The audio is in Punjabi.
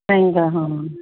ਮਹਿੰਗਾ ਹਾਂ